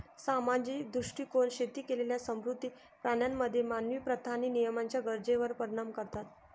सामाजिक दृष्टीकोन शेती केलेल्या समुद्री प्राण्यांमध्ये मानवी प्रथा आणि नियमांच्या गरजेवर परिणाम करतात